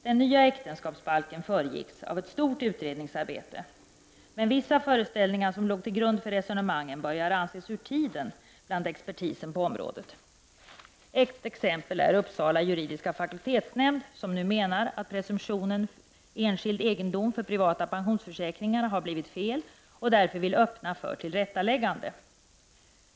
Den nya äktenskapsbalken föregicks av ett stort utredningsarbete, men vissa föreställningar som låg till grund för resonemangen börjar bland expertisen på området anses vara ur tiden. Ett exempel är Uppsala juridiska fakultetshämnd, som nu menar att presumtionen enskild egendom för privata pensionsförsäkringar har blivit fel och som därför vill öppna för tillrättaläggande.